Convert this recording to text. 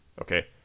Okay